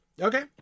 okay